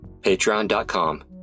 patreon.com